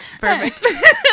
Perfect